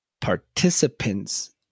participants